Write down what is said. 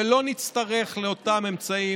ולא נצטרך את אותם אמצעים.